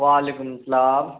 وعلیکم السلام